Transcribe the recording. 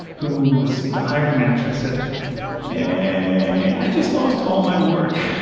who was the hiring manager, i said, and i just lost all my work.